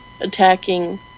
Attacking